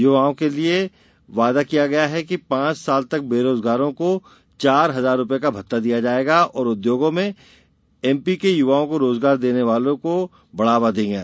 युवाओं के लिये वायदे किये गये हैं कि पांच साल तक बेरोजगारों को चार हजार रुपए का भत्ता दिया जायेगा और उद्योगों में एमपी के युवाओं को रोजगार देने वालों को बढ़ावा देंगे